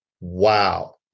Wow